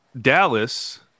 Dallas